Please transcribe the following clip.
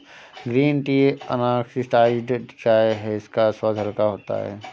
green tea unoxidised चाय है इसका स्वाद हल्का होता है